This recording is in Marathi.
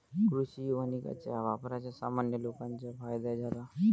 कृषी वानिकाच्या वापराचा सामान्य लोकांना फायदा झाला